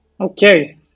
Okay